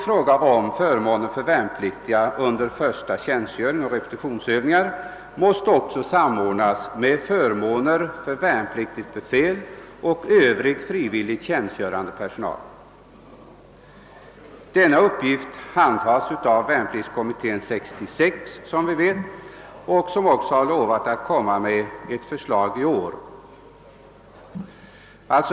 Förslagen till förmåner för värnpliktiga under första tjänstgöring och repetitionsövningar måste också samordnas med förslagen till förmåner för värnpliktigt befäl och övrig frivilligt tjänstgörande personal. Denna uppgift handhas av 1966 års värnpliktskommitté, som också har lovat att i år lägga fram delresultat av sitt arbete.